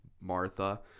Martha